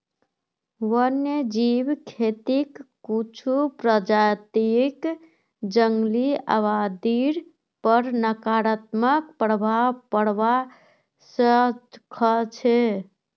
वन्यजीव खेतीक कुछू प्रजातियक जंगली आबादीर पर नकारात्मक प्रभाव पोड़वा स ख छ